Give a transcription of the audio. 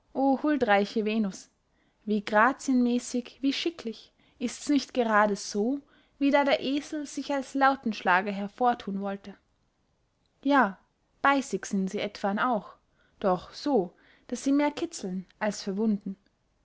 venus wie grazienmäßig wie schicklich ists nicht gerade so wie da der esel sich als lautenschlager hervorthun wollte ja beissig sind sie etwann auch doch so daß sie mehr kitzeln als verwunden